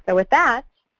but with that,